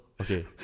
okay